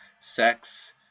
sex